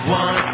one